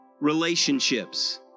relationships